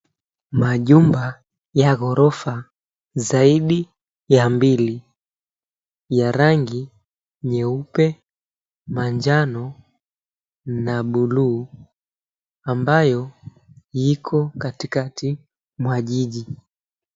Majumba ya gorofa zaidi ya mbili ya rangi nyeupe na njano na buluu ambayo iko katikati ya jiji.